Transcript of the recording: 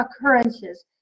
occurrences